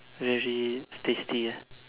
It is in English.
really tasty ah